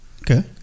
Okay